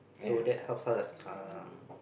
so that helps us um